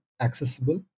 accessible